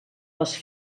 les